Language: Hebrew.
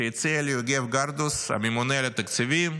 שהציע ליוגב גרדוס, הממונה על התקציבים,